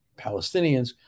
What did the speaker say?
Palestinians